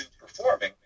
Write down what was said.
performing